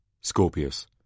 Scorpius